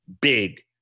big